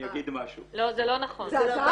לא, זה לא נכון.